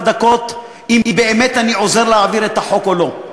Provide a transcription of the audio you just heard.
דקות אם באמת אני עוזר להעביר את החוק או לא.